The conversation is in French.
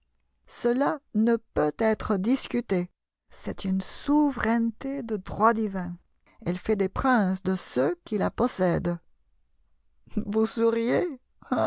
cela ne peut être discuté c'est une souveraineté de droit divin elle fait des princes de ceux qui la possèdent vous souriez